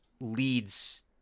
leads